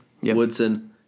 Woodson